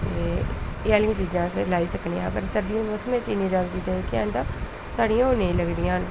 ते एह् आह्लियां चीज़ां अस लेई सकने आं पर सर्दियें दे मौसम च इन्नियां सारियां चीज़ां साढ़ियां ओह् नेईं लगदियां न